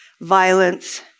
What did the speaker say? violence